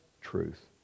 truth